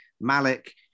malik